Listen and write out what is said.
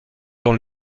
dans